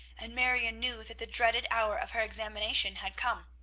and marion knew that the dreaded hour of her examination had come.